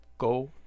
Go